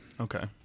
Okay